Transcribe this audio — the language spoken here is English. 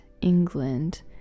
England